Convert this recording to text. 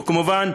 וכמובן,